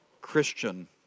Christian